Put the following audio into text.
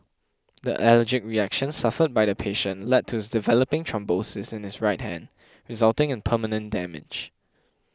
the allergic reaction suffered by the patient led to his developing thrombosis in his right hand resulting in permanent damage